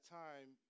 time